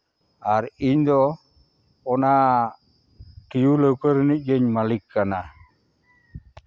ᱟᱨ ᱤᱧ ᱫᱚ ᱚᱱᱟ ᱴᱤᱭᱩ ᱞᱟᱹᱣᱠᱟᱹ ᱨᱮᱱᱤᱡ ᱜᱮᱧ ᱢᱟᱹᱞᱤᱠ ᱠᱟᱱᱟ